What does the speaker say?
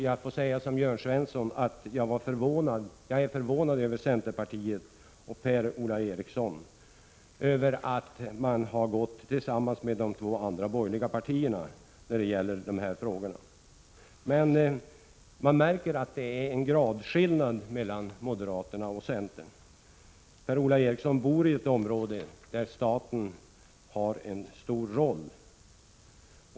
Jag får liksom Jörn Svensson säga att jag är förvånad över att centerpartiet och dess företrädare i debatten Per-Ola Eriksson har gått samman med de två andra borgerliga partierna när det gäller dessa frågor. Man märker emellertid att det finns en gradskillnad mellan moderaterna och centern. Per-Ola Eriksson bor i ett område där staten har en stor roll.